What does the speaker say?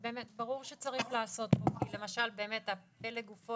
אבל ברור שצריך לעשות --- למשל פלג גופו